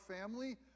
family